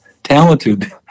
talented